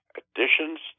additions